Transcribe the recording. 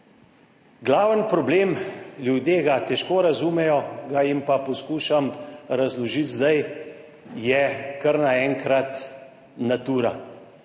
Glavni problem, ljudje ga težko razumejo, ga jim pa poskušam razložiti zdaj, je kar naenkrat Natura.